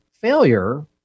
Failure